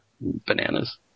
bananas